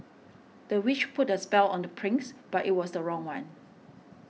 the witch put a spell on the prince but it was the wrong one